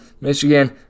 Michigan